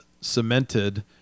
cemented